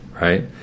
right